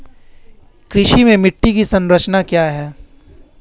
कृषि में मिट्टी की संरचना क्या है?